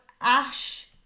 Ash